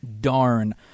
Darn